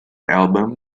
album